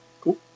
Cool